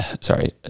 sorry